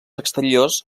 exteriors